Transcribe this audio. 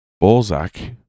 Balzac